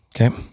Okay